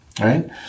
right